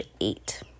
eight